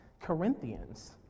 Corinthians